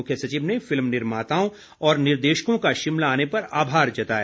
मुख्य सचिव ने फिल्म निर्माताओं और निर्देशकों का शिमला आने पर आभार जताया